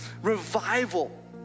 revival